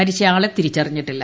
മരിച്ചയാളെ തിരിച്ചറിഞ്ഞിട്ടില്ല